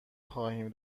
خواهیم